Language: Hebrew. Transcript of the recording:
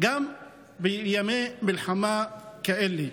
גם בימי מלחמה כאלה.